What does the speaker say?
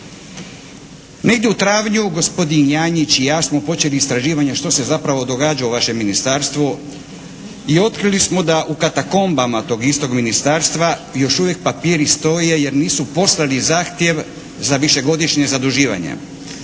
Negdje u travnju gospodin Janjić i ja smo počeli istraživanje što se zapravo događa u vašem Ministarstvu i otkrili smo da u katakombama tog istog Ministarstva još uvijek papiri stoje jer nisu poslali zahtjev za višegodišnje zaduživanje